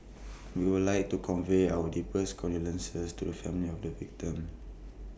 we would like to convey our deepest condolences to the families of the victims